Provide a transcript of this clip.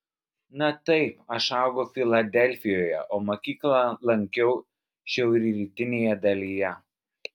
na taip aš augau filadelfijoje o mokyklą lankiau šiaurrytinėje dalyje